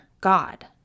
God